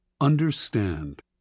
Understand